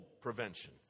prevention